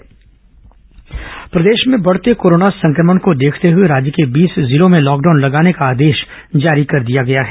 lockdown प्रदेश में बढ़ते कोरोना संक्रमण को देखते हुए राज्य के बीस जिलों में लॉकडाउन लगाने का आदेश जारी कर दिया गया है